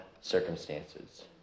circumstances